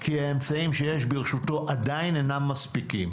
כי האמצעים שיש ברשותו עדיין אינם מספיקים.